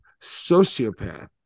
sociopath